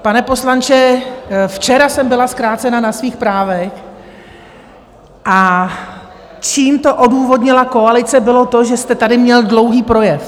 Pane poslanče, včera jsem byla zkrácena na svých právech, a čím to odůvodnila koalice, bylo to, že jste tady měl dlouhý projev.